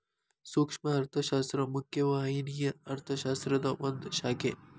ಸೂಕ್ಷ್ಮ ಅರ್ಥಶಾಸ್ತ್ರ ಮುಖ್ಯ ವಾಹಿನಿಯ ಅರ್ಥಶಾಸ್ತ್ರದ ಒಂದ್ ಶಾಖೆ